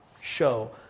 show